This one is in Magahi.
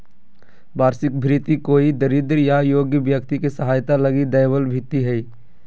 वार्षिक भृति कोई दरिद्र या योग्य व्यक्ति के सहायता लगी दैबल भित्ती हइ